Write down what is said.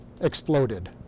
exploded